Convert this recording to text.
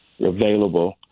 available